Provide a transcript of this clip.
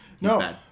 No